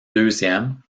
deuxième